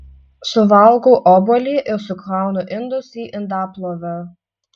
suvalgau obuolį ir sukraunu indus į indaplovę